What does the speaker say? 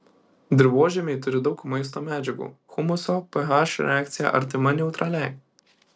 dirvožemiai turi daug maisto medžiagų humuso ph reakcija artima neutraliai